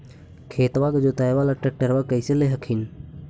खेतबा के जोतयबा ले ट्रैक्टरबा कैसे ले हखिन?